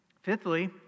Fifthly